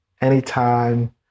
anytime